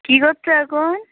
কী কচ্ছো এখন